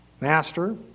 Master